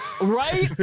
Right